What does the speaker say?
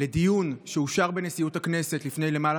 של דיון שאושר בנשיאות הכנסת לפני למעלה